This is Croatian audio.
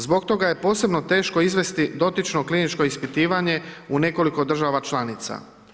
Zbog toga je posebno teško izvesti dotično kliničko ispitivanje u nekoliko država članica.